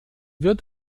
wird